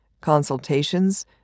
consultations